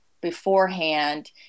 beforehand